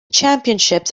championships